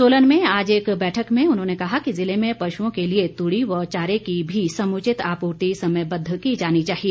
सोलन में आज एक बैठक में उन्होंने कहा कि जिले में पश्ओं के लिए तुड़ी व चारे की भी समुचित आपूर्ति समयवद्व की जानी चाहिए